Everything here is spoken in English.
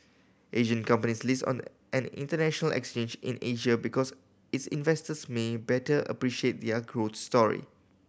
Asian companies list on an international exchange in Asia because its investors may better appreciate their growth story